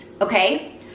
okay